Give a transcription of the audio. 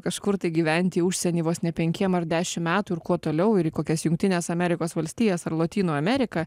kažkur tai gyvent į užsienį vos ne penkiem ar dešim metų ir kuo toliau ir į kokias jungtines amerikos valstijas ar lotynų ameriką